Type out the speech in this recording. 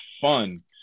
fun